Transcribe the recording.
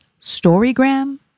Storygram